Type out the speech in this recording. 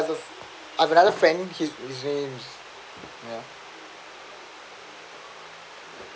I have a I have another friends his name was